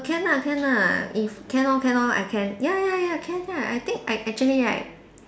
can lah can lah if can lor can lor I can ya ya ya can can I think I actually right